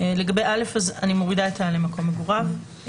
אני מורידה את מקום מגוריו.